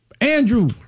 Andrew